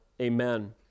Amen